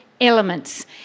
elements